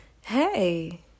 hey